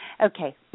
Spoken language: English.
Okay